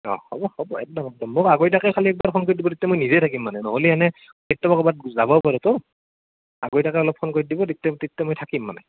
অহ হ'ব হ'ব একদম মোক আগতীয়াকৈ একবাৰ খালী ফোন কৰি দিব তেতিয়া মই নিজে থাকিম মানে নহলি এনে কেতিয়াবা ক'ৰবাত যাবও পাৰোঁতো আগতীয়াকৈ অলপ ফোন কৰি দিব তেতিয়া তেতয়া থাকিম মানে মই